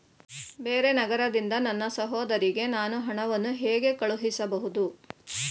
ಬೇರೆ ನಗರದಿಂದ ನನ್ನ ಸಹೋದರಿಗೆ ನಾನು ಹಣವನ್ನು ಹೇಗೆ ಕಳುಹಿಸಬಹುದು?